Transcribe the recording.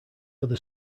other